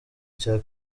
cya